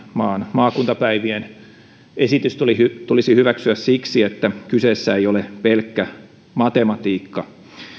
maakuntapäivien esitys tulisi tulisi hyväksyä siksi että kyseessä ei ole pelkkä matematiikka